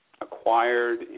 acquired